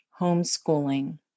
homeschooling